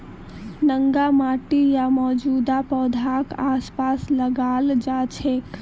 नंगा माटी या मौजूदा पौधाक आसपास लगाल जा छेक